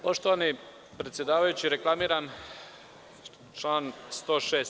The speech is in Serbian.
Poštovani predsedavajući, reklamiram član 106.